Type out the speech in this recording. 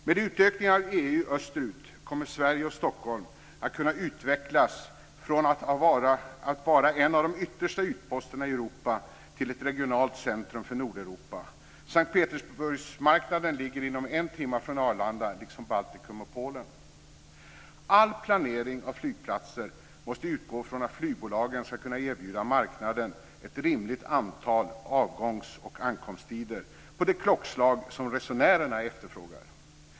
Med utökningen av EU österut kommer Sverige och Stockholm att kunna utvecklas från att vara en av de yttersta utposterna i Europa till att bli ett regionalt centrum för Nordeuropa. S:t Petersburgsmarknaden ligger inom en timme från Arlanda liksom Baltikum och Polen. All planering av flygplatser måste utgå från att flygbolagen ska kunna erbjuda marknaden ett rimligt antal avgångs och ankomsttider på de klockslag som resenärerna efterfrågar.